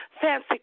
fancy